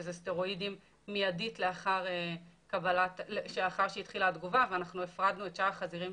סטרואידים מידית לאחר שהתחילה התגובה ואנחנו הפרדנו את שאר החזירים,